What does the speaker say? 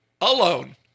alone